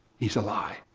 he's alive.